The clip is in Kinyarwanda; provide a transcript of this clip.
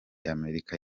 amerika